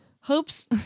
Hopes